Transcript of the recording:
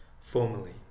formally